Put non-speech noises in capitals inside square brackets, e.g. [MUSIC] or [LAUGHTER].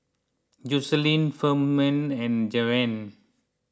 Jocelynn Firman and [UNINTELLIGIBLE] Van